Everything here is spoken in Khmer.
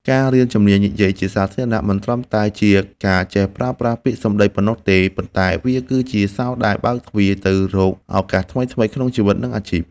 ការរៀនជំនាញនិយាយជាសាធារណៈមិនត្រឹមតែជាការចេះប្រើប្រាស់ពាក្យសម្ដីប៉ុណ្ណោះទេ ប៉ុន្តែវាគឺជាសោរដែលបើកទ្វារទៅរកឱកាសថ្មីៗក្នុងជីវិត និងអាជីព។